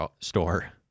store